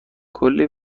کلی